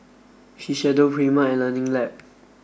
Shiseido Prima and Learning Lab